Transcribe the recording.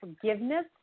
Forgiveness